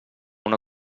una